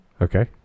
Okay